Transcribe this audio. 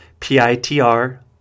PITR